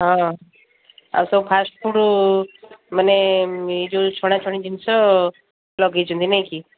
ହଁ ଆଉ ସବୁ ଫାଷ୍ଟଫୁଡ଼୍ ମାନେ ଏଇ ଯେଉଁ ଛଣାଛୁଣି ଜିନିଷ ଲଗେଇଛନ୍ତି ନାଇଁକିି